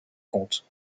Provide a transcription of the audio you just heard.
compte